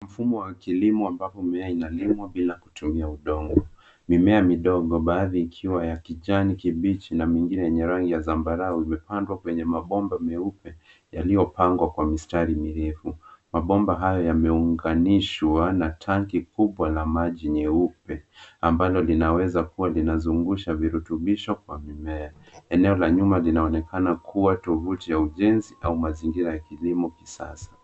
Mfumo wa kilimo ambapo mimea inalimwa bila kutumia udongo. Mimea midogo baadhi ikiwa ya kijani kibichi na mingine yenye rangi ya zambarau imepandwa kwenye mabomba meupe yaliyopangwa kwa mistari mirefu. Mabomba hayo yameunganishwa na tangi kubwa la maji nyeupe ambalo linaweza kuwa linazungusha virutubisho kwa mimea. Eneo la nyuma linaonekana kuwa tovuti ya ujenzi au mazingira ya kilimo kisasa.